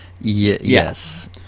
Yes